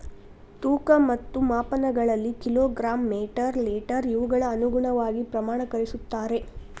ತೂಕ ಮತ್ತು ಮಾಪನಗಳಲ್ಲಿ ಕಿಲೋ ಗ್ರಾಮ್ ಮೇಟರ್ ಲೇಟರ್ ಇವುಗಳ ಅನುಗುಣವಾಗಿ ಪ್ರಮಾಣಕರಿಸುತ್ತಾರೆ